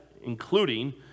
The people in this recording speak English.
including